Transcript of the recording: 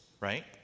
right